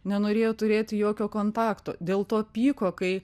nenorėjo turėti jokio kontakto dėl to pyko kai